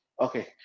okay